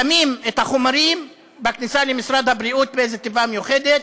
שמים את החומרים בכניסה למשרד הבריאות באיזו תיבה מיוחדת